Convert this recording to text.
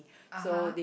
(uh huh)